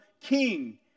king